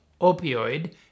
opioid